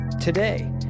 today